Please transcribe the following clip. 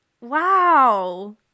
Wow